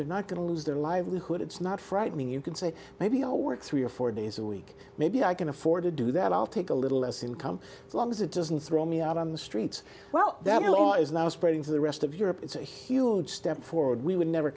they're not going to lose their livelihood it's not frightening you can say maybe i'll work three or four days a week maybe i can afford to do that i'll take a little less income as long as it doesn't throw me out on the streets well that law is now spreading to the rest of europe it's a huge step forward we would never